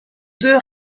deux